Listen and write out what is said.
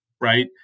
Right